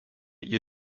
ihr